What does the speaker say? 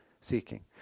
seeking